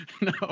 No